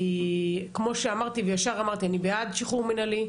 כמו שאמרתי וישר אמרתי, אני בעד שחרור מינהלי.